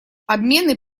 обмены